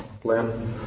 plan